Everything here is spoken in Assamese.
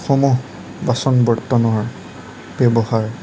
সমূহ বাচন বৰ্তনৰ ব্যৱহাৰ